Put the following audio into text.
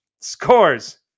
scores